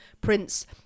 Prince